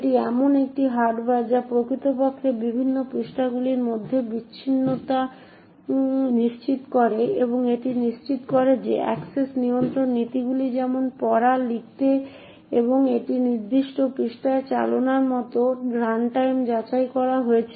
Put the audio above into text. এটি এমন একটি হার্ডওয়্যার যা প্রকৃতপক্ষে বিভিন্ন পৃষ্ঠাগুলির মধ্যে বিচ্ছিন্নতা নিশ্চিত করে এবং এটি নিশ্চিত করে যে অ্যাক্সেস নিয়ন্ত্রণ নীতিগুলি যেমন পড়া লিখতে এবং একটি নির্দিষ্ট পৃষ্ঠায় চালানোর মতন রানটাইম যাচাই করা হয়েছে